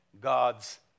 God's